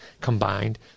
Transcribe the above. combined